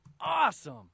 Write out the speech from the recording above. Awesome